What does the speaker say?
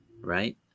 right